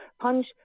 Punch